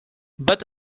but